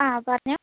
ആ പറഞ്ഞോ